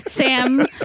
Sam